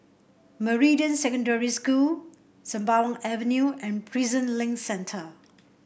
Meridian Secondary School Sembawang Avenue and Prison Link Centre